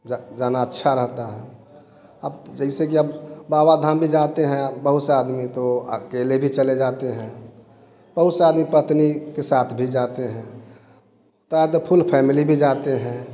जा जाना अच्छा रहता है अब जैसे कि अब बाबा धाम भी जाते हैं आ बहुत सारा आदमी तो अकेले भी चले जाते हैं बहुत सारी पत्नी के साथ भी जाते हैं त आ त फुल फैमिली भी जाते हैं